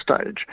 stage